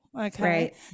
okay